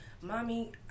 Mommy